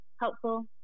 helpful